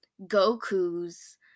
Goku's